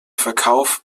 verkauf